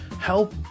help